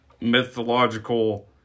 mythological